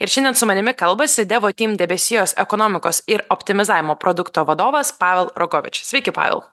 ir šiandien su manimi kalbasi devotim debesijos ekonomikos ir optimizavimo produkto vadovas pavel rogovič sveiki pavel